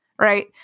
Right